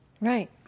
Right